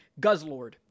Guzzlord